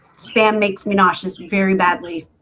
spam makes me nauseous very badly